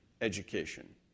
education